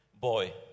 boy